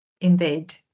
Indeed